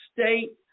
state